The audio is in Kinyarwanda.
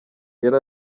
yari